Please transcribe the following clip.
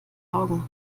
augen